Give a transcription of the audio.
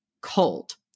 cold